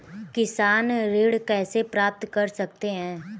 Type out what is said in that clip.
किसान ऋण कैसे प्राप्त कर सकते हैं?